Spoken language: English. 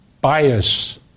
bias